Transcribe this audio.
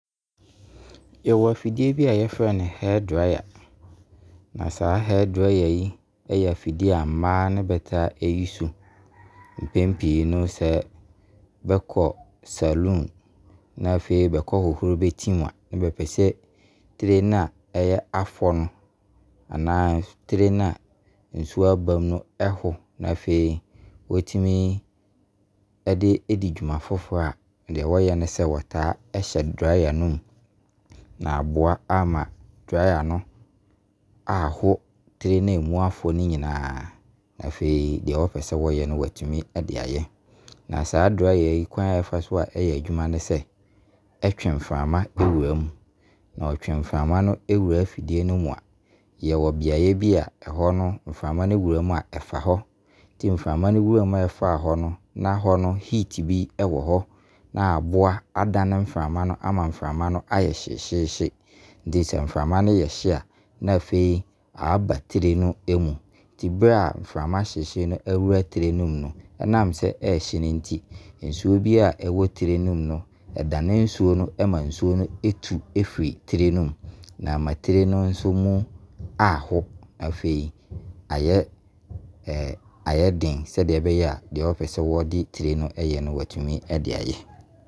Yɛwɔ afidie bi a yɛfrɛ no hair dryer. Na saa hair dryer yi ɛyɛ afidie a mmaa ne b[taa use. Mpɛn pii no sɛ bɛkɔ salon na afei bɛkɔ hohoro bɛti mu a na bɛpɛ sɛ ɛyɛ tire no a ɛyɛ afɔ no anaa tire no a nsuo aba mu no ɛho. Na afei wɔtumi ɛdi dwuma foforɔ a deɛ wɔyɛ ne sɛ wɔtaa hyɛ dryer no mu. Na aboa ama dryer no aho tire neɛ mu afɔ no nyinaa na afei deɛ wo pɛ sɛ wɔyɛ no wɔatumi ɛde ayɛ. Na saa dryer yi kwan a ɛfa so yɛ adwuma ne sɛ ɛtwe mframa ɛwura mu. Na ɔtwe mframa no ɛwura afidie no mu a yɛwɔ biaeɛ bi a ɛhɔ no mframa no wura mu a ɛfa hɔ. Nti mframa no wura mu a ɛfa hɔ no na hɔ no heat bi wɔ hɔ. Na aboa adane mframa no ama mframa no ayɛ hyehyeehye. Nti sɛ mframa no yɛhye a na afei ɛba tire no mu. Nti berɛ a mframa hyehyee no awura tire no mu no ɛnam sɛ ɛhye no nti nsuo biara ɛwɔ tire no mu ɛdane nsuo no ɛma nsuo no ɛtu firi tire no mu, ama tire no nso mu aho. Na afei ayɛ den sɛdeɛ ɛɛbɛyɛ a deɛ wo pɛ sɛ wo de tire no yɛ biara no woatumi ayɛ.